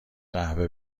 قهوه